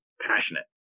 passionate